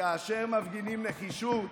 כאשר מפגינים נחישות,